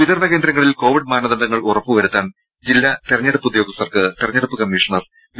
വിതരണ കേന്ദ്രങ്ങളിൽ കോവിഡ് മാനദണ്ഡം ഉറപ്പുവരുത്താൻ ജില്ലാ തെരഞ്ഞെടുപ്പ് ഉദ്യോഗസ്ഥർക്ക് തെരഞ്ഞെടുപ്പ് കമ്മീഷണർ വി